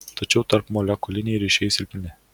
tačiau tarpmolekuliniai ryšiai silpni